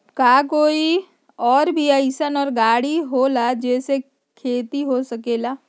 का कोई और भी अइसन और गाड़ी होला जे से खेती हो सके?